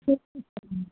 soup